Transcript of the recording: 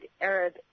Arab